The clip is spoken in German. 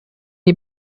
die